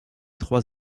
trois